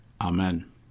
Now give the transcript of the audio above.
Amen